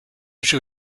cho